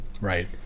Right